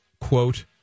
quote